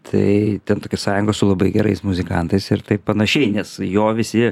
tai ten tokia sąjunga su labai gerais muzikantais ir panašiai nes jo visi